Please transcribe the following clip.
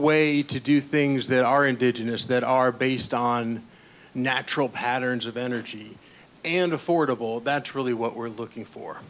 way to do things that are indigenous that are based on natural patterns of energy and affordable that's really what we're looking for